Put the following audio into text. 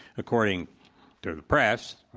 according to the press